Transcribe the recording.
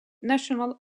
national